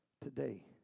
today